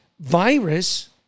virus